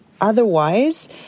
otherwise